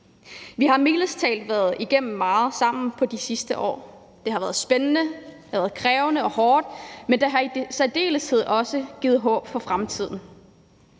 Vi har mildest talt været igennem meget sammen i de seneste år. Det har været spændende, krævende og hårdt, men det har i særdeleshed også givet håb for fremtiden.